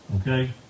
Okay